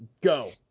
go